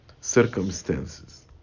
circumstances